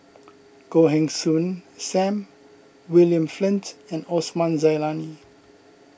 Goh Heng Soon Sam William Flint and Osman Zailani